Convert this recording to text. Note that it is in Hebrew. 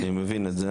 אני מבין את זה,